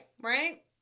Right